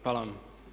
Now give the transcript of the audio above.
Hvala vam.